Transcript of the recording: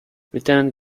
lieutenant